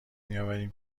میآوریم